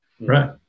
Right